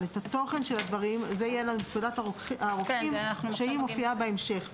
אבל התוכן של הדברים יהיה בפקודת הרופאים שמופיעה בהמשך.